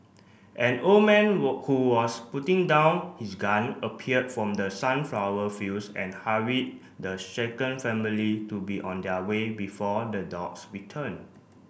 an old man who was putting down his gun appeared from the sunflower fields and hurried the shaken family to be on their way before the dogs return